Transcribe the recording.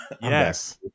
yes